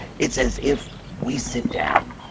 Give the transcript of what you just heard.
it's as if we sit down